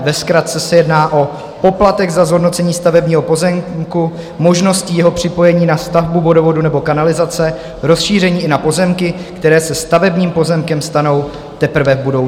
Ve zkratce se jedná o poplatek za zhodnocení stavebního pozemku možností jeho připojení na stavbu vodovodu nebo kanalizace, rozšíření i na pozemky, které se stavebním pozemkem stanou teprve v budoucnu.